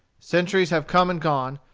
centuries have come and gone,